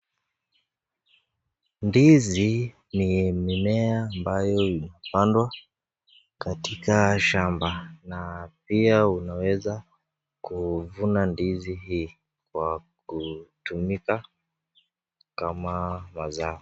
Ndizi ni mimea ambayo imepandwa katika shamba na pia unaweza kuvuna ndizi hii kwa kutumika kama mazao.